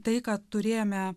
tai ką turėjome